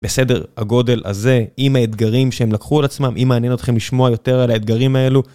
בסדר הגודל הזה עם האתגרים שהם לקחו על עצמם. אם מעניין אותכם לשמוע יותר על האתגרים האלו.